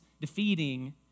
defeating